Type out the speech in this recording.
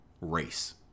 Race